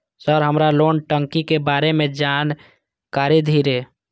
Sir हमरा loan टंगी के बारे में जान कारी धीरे?